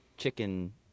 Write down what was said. Chicken